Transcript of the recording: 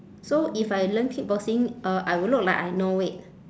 so if I learn kickboxing uh I will look like I know it